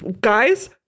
Guys